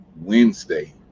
Wednesday